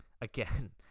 again